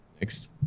Next